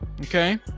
okay